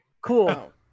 Cool